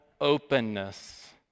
openness